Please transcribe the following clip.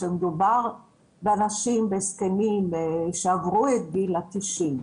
וכשמדובר באנשים, בזקנים, שעברו את גיל התשעים,